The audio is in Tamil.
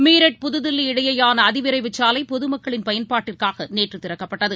மீரட் புதுதில்லி இடையேயானஅதிவிரைவுச் சாலைபொதுமக்களின் பயன்பாட்டிற்காகநேற்றுதிறக்கப்பட்டது